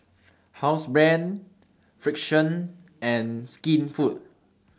Housebrand Frixion and Skinfood